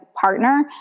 partner